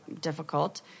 difficult